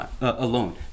alone